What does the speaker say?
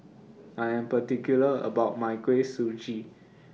I Am particular about My Kuih Suji